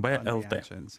b lt